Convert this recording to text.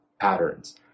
patterns